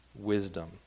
wisdom